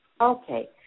Okay